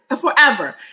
forever